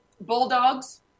bulldogs